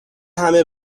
همه